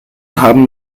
haben